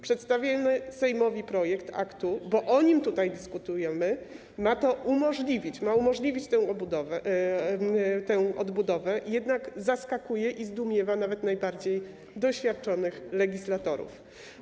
Przedstawiony Sejmowi projekt aktu, bo o nim tutaj dyskutujemy, ma to umożliwić, ma umożliwić tę odbudowę, jednak zaskakuje i zdumiewa nawet najbardziej doświadczonych legislatorów.